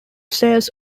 sales